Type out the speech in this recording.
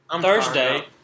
Thursday